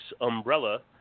umbrella